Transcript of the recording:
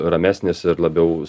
ramesnis ir labiau s